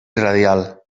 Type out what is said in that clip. radial